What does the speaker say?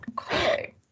okay